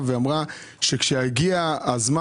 ואמרה שכאשר יגיע הזמן,